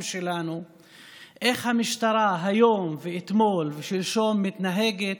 שלנו איך המשטרה היום ואתמול ושלשום מתנהגת